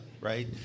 right